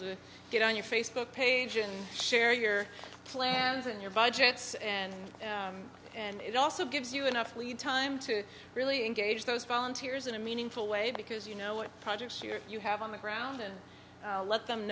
to get on your facebook page and share your plans and your budgets and and it also gives you enough time to really engage those volunteers in a meaningful way because you know what projects you're you have on the ground and let them